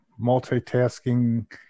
multitasking